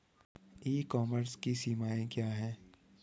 ई commerce की सीमाएं क्या हैं?